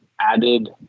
added